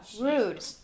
rude